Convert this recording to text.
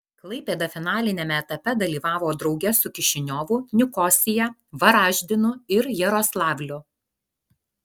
klaipėda finaliniame etape dalyvavo drauge su kišiniovu nikosija varaždinu ir jaroslavliu